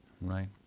right